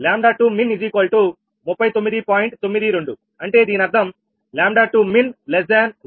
92 అంటే దీనర్థం 𝜆2𝑚in𝜆1min